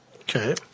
Okay